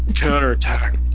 counterattack